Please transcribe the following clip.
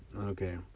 Okay